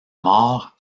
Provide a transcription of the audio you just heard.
mort